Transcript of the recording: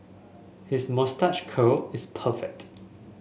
his moustache curl is perfect